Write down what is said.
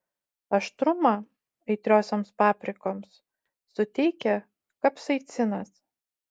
aštrumą aitriosioms paprikoms suteikia kapsaicinas